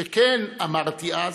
שכן", אמרתי אז,